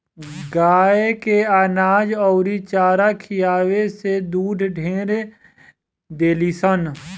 गाय के अनाज अउरी चारा खियावे से दूध ढेर देलीसन